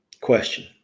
question